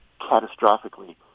catastrophically